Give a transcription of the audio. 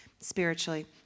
spiritually